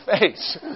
face